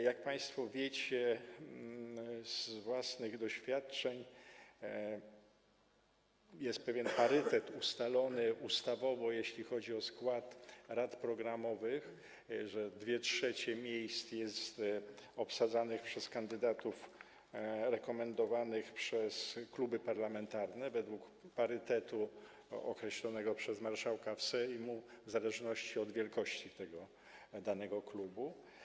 Jak państwo wiecie z własnych doświadczeń, jest pewien parytet ustalony ustawowo, jeśli chodzi o skład rad programowych, że 2/3 miejsc jest obsadzanych przez kandydatów rekomendowanych przez kluby parlamentarne według parytetu określonego przez marszałka Sejmu, w zależności od wielkości danego klubu.